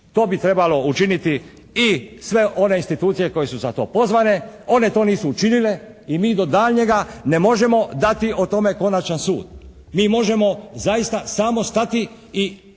To bi trebalo učiniti i sve one institucije koje su za to pozvane, one to nisu učinile i mi do daljnjega ne možemo dati o tome konačan sud. Mi možemo zaista samo stati i